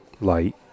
light